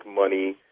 money